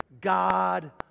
God